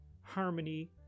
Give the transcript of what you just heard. harmony